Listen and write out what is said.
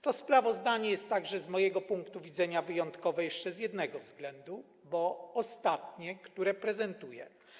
To sprawozdanie jest także z mojego punktu widzenia wyjątkowe jeszcze z jednego względu, bo jest ostatnie, które prezentuję.